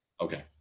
Okay